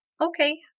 Okay